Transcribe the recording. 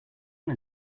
one